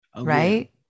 Right